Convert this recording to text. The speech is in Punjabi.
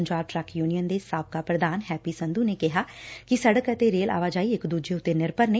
ਪੰਜਾਬ ਟਰੱਕ ਯੁਨੀਅਨ ਦੇ ਸਾਬਕਾ ਪ੍ਰਧਾਨ ਹੈਪੀ ਸੰਧੁ ਨੇ ਕਿਹਾ ਕਿ ਸੜਕ ਅਤੇ ਰੇਲ ਆਵਾਜਾਈ ਇਕ ਦੁਜੇ ਉਤੇ ਨਿਰਭਰ ਨੇ